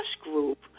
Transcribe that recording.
Group